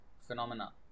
phenomena